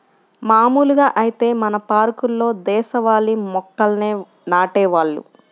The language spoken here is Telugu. మాములుగా ఐతే మన పార్కుల్లో దేశవాళీ మొక్కల్నే నాటేవాళ్ళు